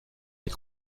les